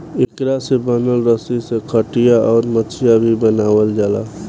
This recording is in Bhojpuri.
एकरा से बनल रसरी से खटिया, अउर मचिया भी बनावाल जाला